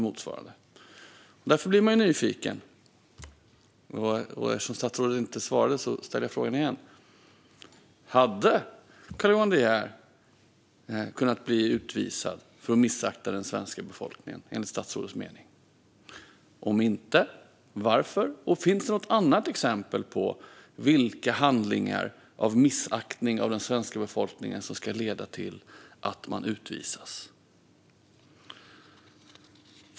Man blir ju nyfiken, och eftersom statsrådet inte svarade ställer jag frågan igen: Hade Carl Johan De Geer, enligt statsrådets mening, kunnat bli utvisad för att ha missaktat den svenska befolkningen? Om inte, varför? Och finns det något annat exempel på handlingar av missaktning av den svenska befolkningen som ska leda till att en person utvisas?